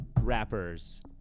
rappers